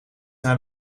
naar